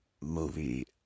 movie